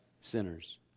sinners